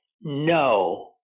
no